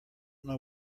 know